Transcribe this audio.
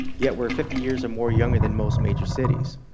yet we are fifty years or more younger than most major cities.